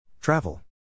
Travel